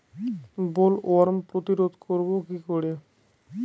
Bollworm প্রতিরোধ করব কি করে?